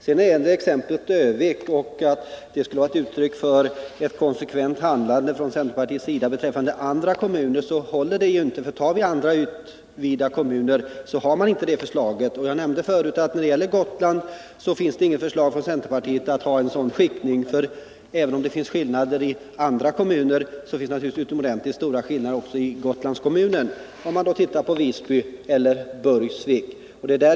När det gäller påståendet att exemplet Örnsköldsvik skulle vara uttryck för ett konsekvent handlande från centerpartiets sida gentemot andra kommuner, håller det ju inte. I fråga om andra ytvida kommuner har man inte lagt fram något sådant förslag. Jag nämnde förut att centerpartiet inte har något förslag om en sådan skiktning när det gäller Gotland. Även om det finns vissa skillnader inom andra kommuner, finns det naturligtvis också utomordentligt stora skillnader i Gotlandskommunen mellan t.ex. Visby och Burgsvik.